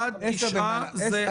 עד תשעה זה ארבעה.